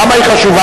למה היא חשובה?